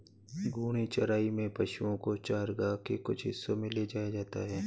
घूर्णी चराई में पशुओ को चरगाह के कुछ हिस्सों में ले जाया जाता है